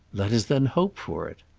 let us then hope for it.